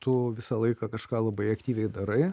tu visą laiką kažką labai aktyviai darai